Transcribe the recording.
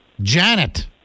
Janet